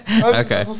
Okay